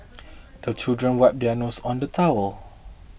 the children wipe their noses on the towel